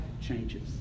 changes